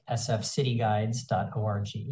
sfcityguides.org